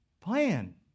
plan